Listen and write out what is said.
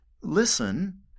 listen